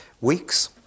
weeks